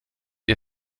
ihr